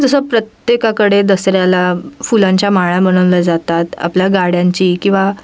जसं प्रत्येकाकडे दसऱ्याला फुलांच्या माळा बनवल्या जातात आपल्या गाड्यांची किंवा